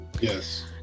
Yes